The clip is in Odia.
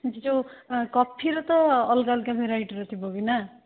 ଆଚ୍ଛା ଯେଉଁ କଫିର ତ ଅଲଗା ଅଲଗା ଭେରାଇଟିର ଥିବବି ନା